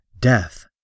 death